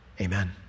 Amen